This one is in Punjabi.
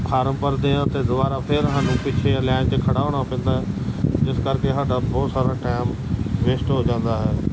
ਫਾਰਮ ਭਰਦੇ ਹਾਂ ਅਤੇ ਦੁਬਾਰਾ ਫਿਰ ਹਾਨੂੰ ਪਿੱਛੇ ਲੈਨ 'ਚ ਖੜਾ ਹੋਣਾ ਪੈਂਦਾ ਜਿਸ ਕਰਕੇ ਹਾਡਾ ਬਹੁਤ ਸਾਰਾ ਟਾਈਮ ਵੇਸਟ ਹੋ ਜਾਂਦਾ ਹੈ